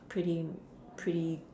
pretty pretty